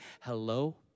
hello